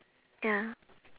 ya